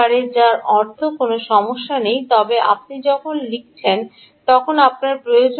যার অর্থ কোনও সমস্যা নেই তবে আপনি যখন লিখছেন তখন আপনার প্রয়োজন হবে